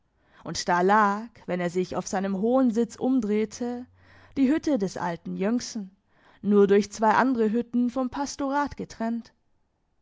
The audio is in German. und da lag wenn er sich auf seinem hohen sitz umdrehte die hütte des alten jönksen nur durch zwei andere hütten vom pastorat getrennt